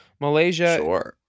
Malaysia